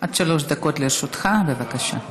עד שלוש דקות לרשותך, בבקשה.